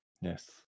Yes